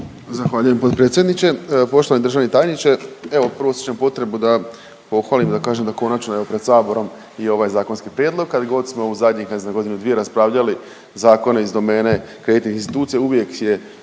Zahvaljujem potpredsjedniče. Poštovani državni tajniče, evo prvo osjećam potrebu da pohvalim, da kažem da konačno evo pred saborom je i ovaj zakonski prijedlog. Kad god smo u zadnjih ne znam godinu dvije raspravljali zakone iz domene kreditnih institucija uvijek je,